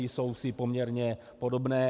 Jsou si poměrně podobné.